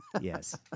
Yes